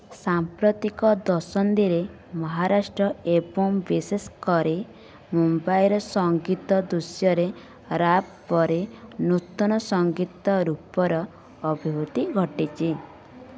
ସାମ୍ପ୍ରତିକ ଦଶନ୍ଧିରେ ମହାରାଷ୍ଟ୍ର ଏବଂ ବିଶେଷ କରି ମୁମ୍ବାଇରେ ସଂଗୀତ ଦୃଶ୍ୟରେ ରାପ୍ ପରି ନୂତନ ସଂଗୀତ ରୂପର ଅଭିବୃଦ୍ଧି ଘଟିଛି